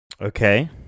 Okay